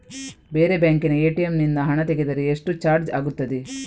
ಬೇರೆ ಬ್ಯಾಂಕಿನ ಎ.ಟಿ.ಎಂ ನಿಂದ ಹಣ ತೆಗೆದರೆ ಎಷ್ಟು ಚಾರ್ಜ್ ಆಗುತ್ತದೆ?